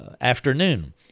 afternoon